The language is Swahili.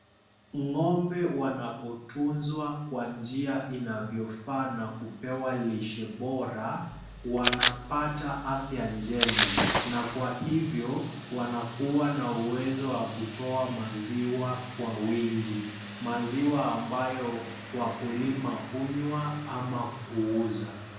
Ng'ombe wanapotunzwa kwa njia inavyofaa na kupewa lishe bora, wanapata afya njema. Na kwa hivyo, wanakuwa na uwezo wa kutoa maziwa kwa wingi. Maziwa ambayo wakulima hunywa ama kuuza.